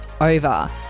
over